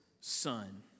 Son